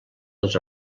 dels